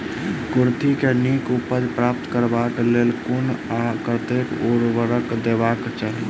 कुर्थी केँ नीक उपज प्राप्त करबाक लेल केँ कुन आ कतेक उर्वरक देबाक चाहि?